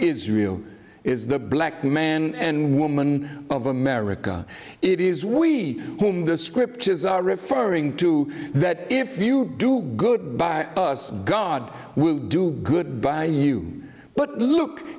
israel is the black man and woman of america it is we whom the scriptures are referring to that if you do good by us god will do good by you but look